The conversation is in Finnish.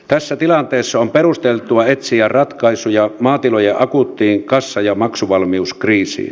tässä tilanteessa on perusteltua etsiä ratkaisuja maatilojen akuuttiin kassa ja maksuvalmiuskriisiin